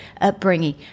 upbringing